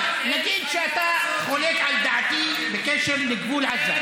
אבל נגיד שאתה חולק על דעתי בקשר לגבול עזה.